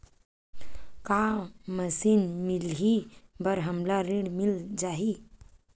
का मशीन मिलही बर हमला ऋण मिल जाही?